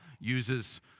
uses